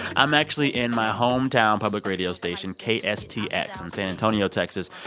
i'm actually in my hometown public radio station, kstx, in san antonio, texas.